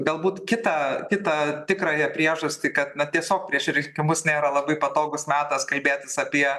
galbūt kitą kitą tikrąją priežastį kad na tiesiog prieš rinkimus nėra labai patogus metas kalbėtis apie